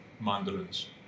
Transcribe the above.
Mandarins